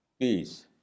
peace